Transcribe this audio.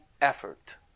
effort